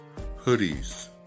hoodies